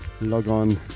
logon